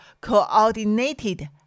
coordinated